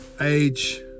age